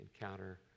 encounter